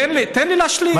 תן לי להשלים.